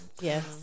yes